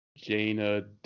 Jaina